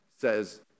says